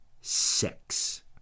six